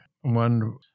one